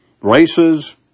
races